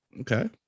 okay